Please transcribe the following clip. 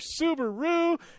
Subaru